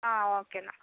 ആ ഓക്കെ എന്നാൽ